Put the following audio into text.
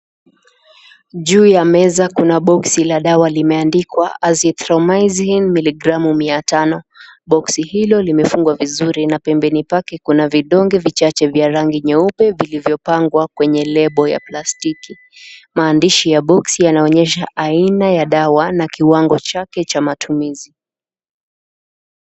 Juu ya meza kuna boksi la dawa limeandikwa Azithromicin miligramu mia tano, boksi hilo limefungwa vizuri na pendeni pake kuna vidonge vichache vya rangi nyeupe vvilivyo pangwa kwenye lebo ya plastiki, maandishi ya boksi yanaonyesha aina ya dawa na kiwango chake cha matumizi.